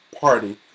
party